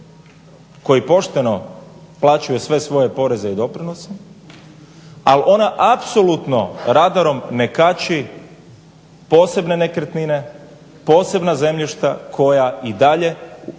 koji pošteno plaćaju sve svoje poreze i doprinose, ali ona apsolutno radarom ne kači posebne nekretnine, posebna zemljišta koja i dalje u